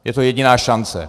Je to jediná šance.